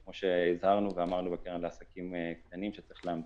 כמו שהזהרנו בקרן לעסקים קטנים, צריך להמתין,